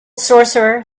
sorcerer